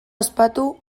ospatu